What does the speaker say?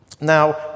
Now